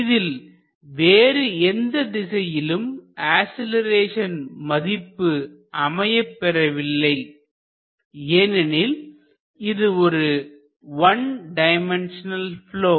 இதில் வேறு எந்த திசையிலும் அசிலரேஷன் அமையப்பெறவில்லை ஏனெனில் இது ஒரு ஒன் டைமண்ட்சனல் ப்லொ